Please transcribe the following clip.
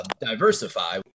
diversify